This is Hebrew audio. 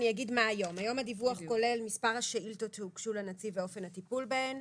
היום הדיווח כולל מספר השאילתות שהוגשו לנציב ואופן הטיפול בהן,